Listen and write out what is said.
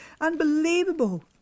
Unbelievable